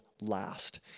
last